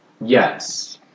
Yes